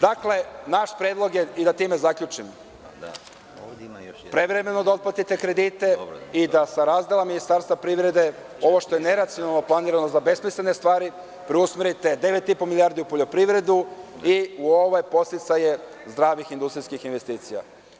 Dakle, naš predlog je i da time zaključim, prevremeno da otplatite kredite i da sa razdelom Ministarstva privrede, ovo što je neracionalno planirano za besmislene stvari, preusmerite 9,5 milijardi u poljoprivredu i ove podsticaje zdravih industrijskih investicija.